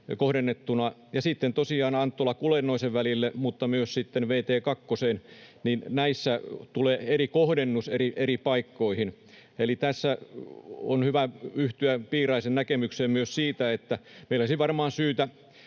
sitten tosiaan Anttola—Kulennoinen-välille mutta myös sitten vt 2:een. Näissä tulee eri kohdennus eri paikkoihin. Tässä on hyvä yhtyä Piiraisen näkemykseen myös siitä, että meillä olisi varmaan syytä